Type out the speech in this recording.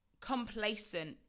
complacent